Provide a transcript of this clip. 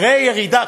חד-משמעית.